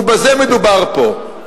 ובזה מדובר פה.